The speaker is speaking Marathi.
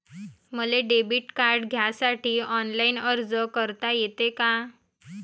मले डेबिट कार्ड घ्यासाठी ऑनलाईन अर्ज करता येते का?